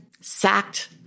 sacked